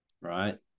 right